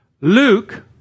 Luke